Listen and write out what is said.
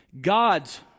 God's